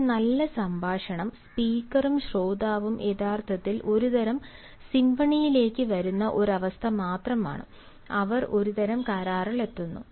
ഒരു നല്ല സംഭാഷണം സ്പീക്കറും ശ്രോതാവും യഥാർത്ഥത്തിൽ ഒരു തരം സിംഫണിയിലേക്ക് വരുന്ന ഒരവസ്ഥ മാത്രമാണ് അവർ ഒരുതരം കരാറിലെത്തുന്നു